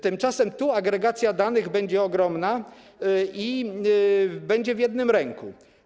Tymczasem tu agregacja danych będzie ogromna i będzie w jednym ręku.